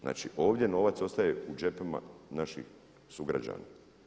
Znači ovdje novac ostaje u džepovima naših sugrađana.